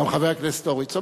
גם חבר הכנסת הורוביץ,